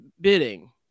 bidding